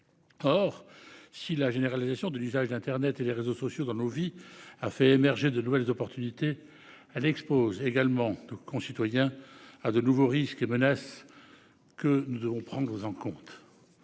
Or si la généralisation de l'usage d'internet et des réseaux sociaux dans nos vies a fait émerger de nouvelles opportunités, elle expose également nos concitoyens à de nouveaux risques et menaces que nous devons prendre en